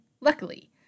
luckily